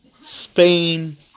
Spain